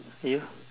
you